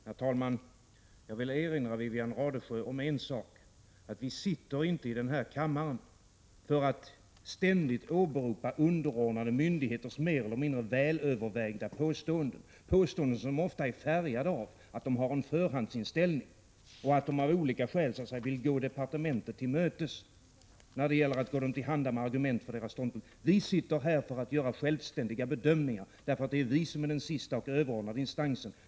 Herr talman! Jag vill erinra Wivi-Anne Radesjö om en sak. Vi sitter inte i den här kammaren för att ständigt åberopa underordnade myndigheters mer eller mindre välöverlagda påståenden, påståenden som ofta är färgade av att myndigheterna har en förhandsinställning och av olika skäl vill gå departementet till mötes med att tillhandahålla argument för dess ståndpunkter. Visitter här för att göra självständiga bedömningar, därför att det är vi som är den sista och överordnade instansen.